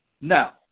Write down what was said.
Now